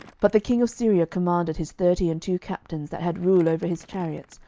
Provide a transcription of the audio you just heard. but the king of syria commanded his thirty and two captains that had rule over his chariots,